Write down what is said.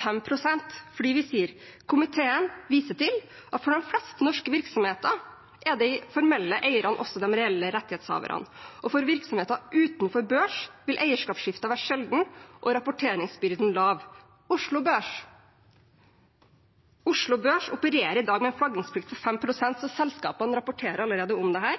at for de fleste norske virksomheter er de formelle eierne også de reelle rettighetshaverne, og for virksomheter utenfor børs vil eierskapsskifter være sjeldne og da rapporteringsbyrden lav. Oslo Børs opererer i dag med en flaggingsplikt på 5 pst.» Så selskapene rapporterer allerede om dette,